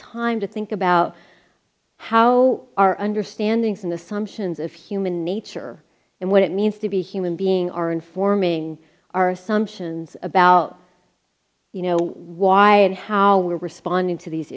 time to think about how our understanding from the some sions of human nature and what it means to be human being our informing our assumptions about you know why and how we're responding to these